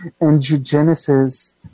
angiogenesis